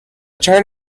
turn